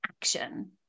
action